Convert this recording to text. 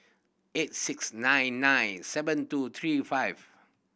eight six nine nine seven two three five